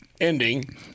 ending